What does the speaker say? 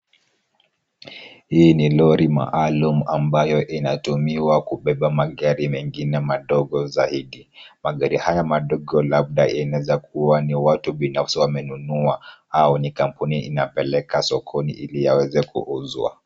Hii ni lori maalum ambayo inatumiwa kubeba magari mengine madogo zaidi. Magari haya madogo labda inaweza kuwa ni watu binafsi wamenunua, au ni kampuni inapeleka sokoni ili yaweze kuuzwa.